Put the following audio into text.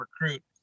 recruit